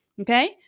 Okay